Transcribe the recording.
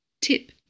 Tip